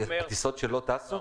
טיסות שלא טסו?